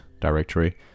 directory